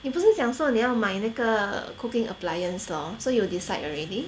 你不是讲说你要买那个 cooking appliance lor so you decide already